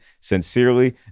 Sincerely